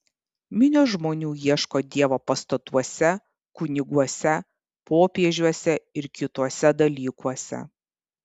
minios žmonių ieško dievo pastatuose kuniguose popiežiuose ir kituose dalykuose